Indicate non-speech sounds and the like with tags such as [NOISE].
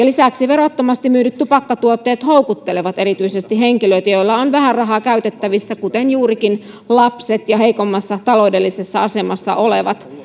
[UNINTELLIGIBLE] lisäksi verottomasti myydyt tupakkatuotteet houkuttelevat erityisesti henkilöitä joilla on vähän rahaa käytettävissään kuten juurikin lapsia ja heikoimmassa taloudellisessa asemassa olevia